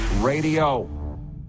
Radio